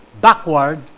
backward